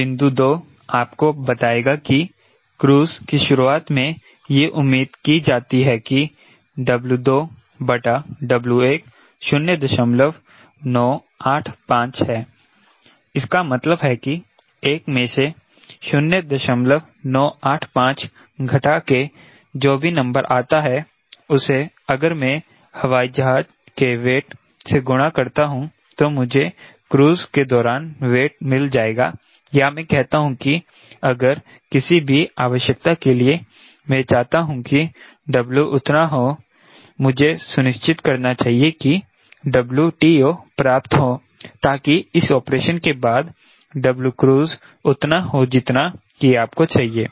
बिंदु 2 आपको बताएगा कि क्रूज़ की शुरुआत में यह उम्मीद की जाती है कि W2W1 0985 है इसका मतलब है कि 1 मैं से 0985 घटा के जो भी नंबर आता है उसे अगर मैं हवाई जहाज के वेट से गुणा करता हूं तो मुझे क्रूज़ के दौरान वेट मिल जाएगा या में कहता हूं कि अगर किसी भी आवश्यकता के लिए मै चाहता हूं कि W उतना हो मुझे सुनिश्चित करना चाहिए कि 𝑊TO पर्याप्त हों ताकि इस ऑपरेशन के बाद 𝑊cruise उतना हो जितना कि आपको चाहिए